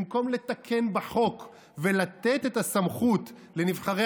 במקום לתקן בחוק ולתת את הסמכות לנבחרי